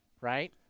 right